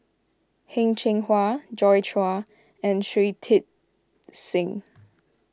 Heng Cheng Hwa Joi Chua and Shui Tit Sing